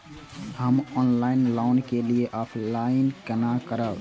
हम online loan के लिए अप्लाई केना करब?